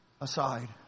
aside